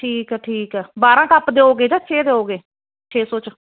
ਠੀਕ ਆ ਠੀਕ ਆ ਬਾਰਾਂ ਕੱਪ ਦੇਓਗੇ ਨਾ ਛੇ ਦਿਓਗੇ ਨਾ ਛੇ ਸੋ ਚ